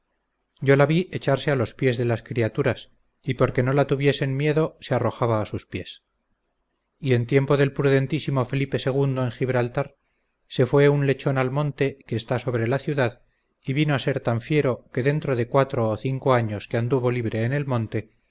yo la vi echarse a los pies de las criaturas y porque no la tuviesen miedo se arrojaba a sus pies y en tiempo del prudentísimo felipe ii en gibraltar se fué un lechón al monte que está sobre la ciudad y vino a ser tan fiero dentro de cuatro o cinco años que anduvo libre en el monte